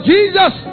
Jesus